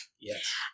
Yes